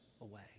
away